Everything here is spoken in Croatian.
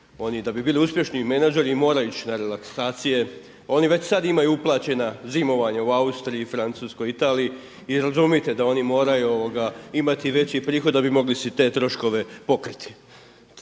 oni da bi bili uspješni menadžeri moraju ići na relaksacije, oni već sada imaju uplaćena zimovanja u Austriji i Francuskoj i Italiji i razumijte da oni moraju imati veći prihod da bi mogli si te troškove pokriti.